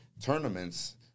tournaments